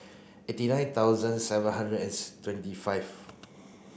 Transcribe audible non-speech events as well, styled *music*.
eighty nine thousand seven hundred and *unintelligible* twenty five